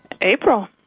April